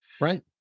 Right